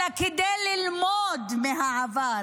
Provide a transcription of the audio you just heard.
אלא כדי ללמוד מהעבר,